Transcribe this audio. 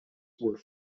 were